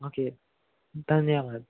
okay धन्यवाद